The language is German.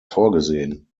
vorgesehen